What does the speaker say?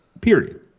period